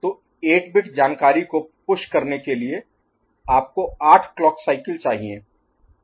तो 8 बिट जानकारी को पुश करने के लिए आपको आठ क्लॉक साइकिल चाहिए